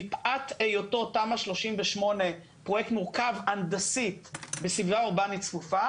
מפאת היותו תמ"א 38 פרויקט מורכב הנדסית בסביבה אורבנית צפופה,